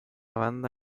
banda